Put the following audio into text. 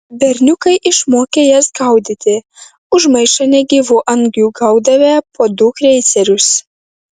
berniukai išmokę jas gaudyti už maišą negyvų angių gaudavę po du kreicerius